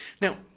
Now